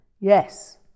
Yes